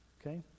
Okay